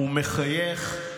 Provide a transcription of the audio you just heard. ומחייך,